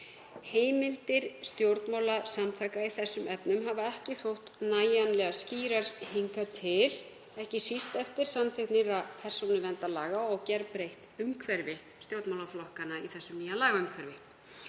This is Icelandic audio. Heimildir stjórnmálasamtaka í þessum efnum hafa ekki þótt nægilega skýrar hingað til, ekki síst eftir samþykkt nýrra persónuverndarlaga og gerbreytt umhverfi stjórnmálaflokkanna í þessu nýja lagaumhverfi.